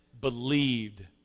believed